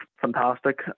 fantastic